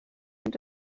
and